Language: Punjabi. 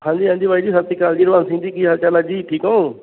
ਹਾਂਜੀ ਹਾਂਜੀ ਬਾਈ ਜੀ ਸਤਿ ਸ਼੍ਰੀ ਅਕਾਲ ਜੀ ਹਰਬੰਸ ਸਿੰਘ ਜੀ ਕੀ ਹਾਲ ਚਾਲ ਹੈ ਜੀ ਠੀਕ ਓਂ